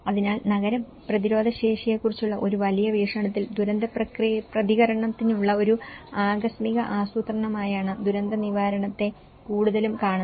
അതിനാൽ നഗര പ്രതിരോധശേഷിയെക്കുറിച്ചുള്ള ഒരു വലിയ വീക്ഷണത്തിൽ ദുരന്തപ്രതികരണത്തിനുള്ള ഒരു ആകസ്മിക ആസൂത്രണമായാണ് ദുരന്തനിവാരണത്തെ കൂടുതലും കാണുന്നത്